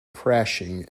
crashing